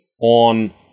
on